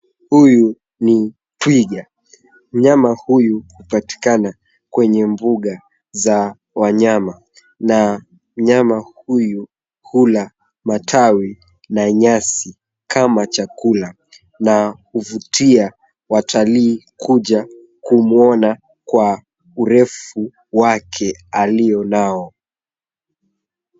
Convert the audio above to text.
Huyu ni twiga, mnyama huyu hupatikana kwenye mbuga za wanyama , na mnyama huyu hula matawi na nyasi kama chakula. Na huvutia watalii kuja kumwona kwa urefu wake alionao.